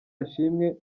ashimwe